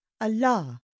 Allah